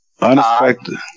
Unexpected